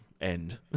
end